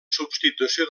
substitució